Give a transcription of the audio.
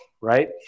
right